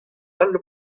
all